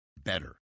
Better